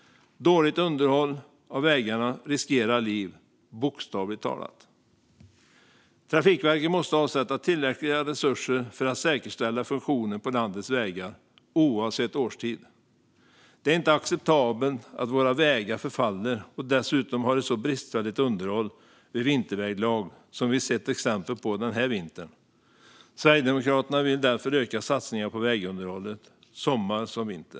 Dåligt underhåll av vägarna vägar riskerar liv, bokstavligt talat. Trafikverket måste avsätta tillräckliga resurser för att säkerställa funktionen på landets vägar, oavsett årstid. Det är inte acceptabelt att våra vägar förfaller och dessutom har ett så bristfälligt underhåll vid vinterväglag som vi sett exempel på den här vintern. Sverigedemokraterna vill därför öka satsningarna på vägunderhållet, sommar som vinter.